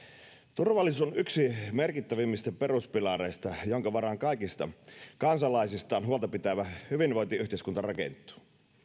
turvallisuus on yksi merkittävimmistä peruspilareista jonka varaan kaikista kansalaisistaan huolta pitävä hyvinvointiyhteiskunta rakentuu